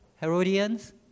Herodians